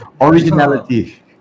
originality